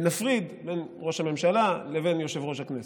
ונפריד בין ראש הממשלה לבין יושב-ראש הכנסת.